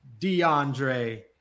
DeAndre